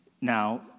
Now